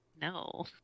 No